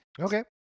Okay